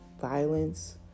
Violence